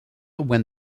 when